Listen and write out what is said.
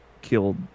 killed